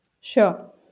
Sure